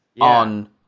on